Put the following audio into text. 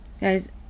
Guys